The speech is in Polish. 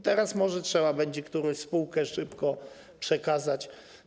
Teraz może trzeba będzie którąś spółkę szybko przekazać.